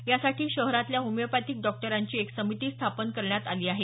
यासाठी शहरातल्या होमिओपॅथीक डॉक्टरांची एक समिती स्थापन करण्यात आली आहे